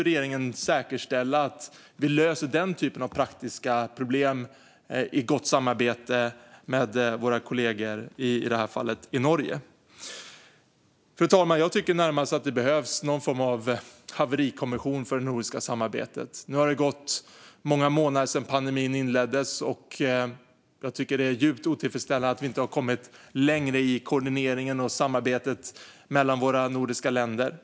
Regeringen måste säkerställa att vi löser den typen av praktiska problem i gott samarbete med våra kollegor i Norge i det här fallet. Fru talman! Jag tycker närmast att det behövs någon form av haverikommission för det nordiska samarbetet. Nu har det gått många månader sedan pandemin inleddes, och jag tycker att det är djupt otillfredsställande att vi inte har kommit längre i koordineringen och samarbetet mellan våra nordiska länder.